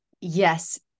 Yes